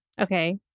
Okay